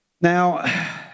Now